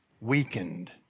weakened